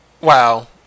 wow